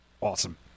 Awesome